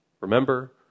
Remember